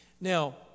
Now